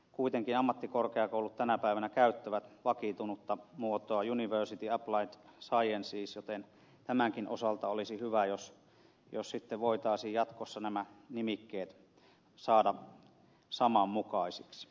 kuitenkin ammattikorkeakoulut tänä päivänä käyttävät vakiintunutta muotoa university of applied sciences joten tämänkin osalta olisi hyvä jos sitten voitaisiin jatkossa nämä nimikkeet saada saman mukaisiksi